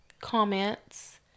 comments